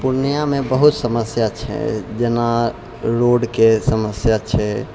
पूर्णियामे बहुत समस्या छै जेना रोडके समस्या छै